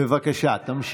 בבקשה, תמשיך.